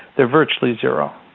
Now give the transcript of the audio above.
they're virtually zero.